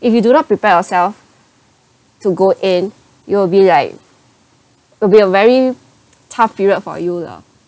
if you do not prepare yourself to go in you'll be like it'll be a very tough period for you lah